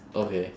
okay